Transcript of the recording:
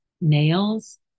nails